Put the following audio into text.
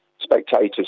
Spectators